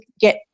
get